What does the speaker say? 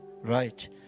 Right